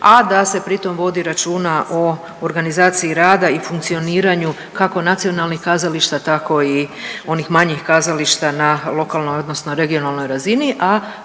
a da se pri tom vodi računa o organizaciji rada i funkcioniranju kako nacionalnih kazališta tako i onih manjih kazališta na lokalnoj odnosno regionalnoj razini,